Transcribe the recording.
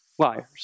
liars